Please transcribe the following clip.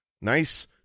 Nice